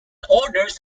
orders